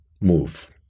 move